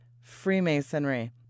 Freemasonry